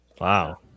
Wow